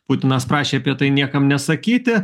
putinas prašė apie tai niekam nesakyti